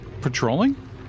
patrolling